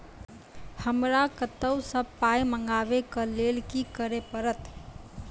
हमरा कतौ सअ पाय मंगावै कऽ लेल की करे पड़त?